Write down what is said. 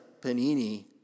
panini